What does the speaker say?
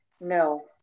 No